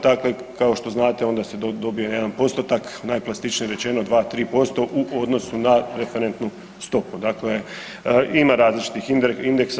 Takve kao što znate onda se dobije jedan postotak, najplastičnije rečeno, 2-3% u odnosu na referentnu stopu, dakle ima različitih indeksa.